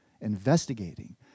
investigating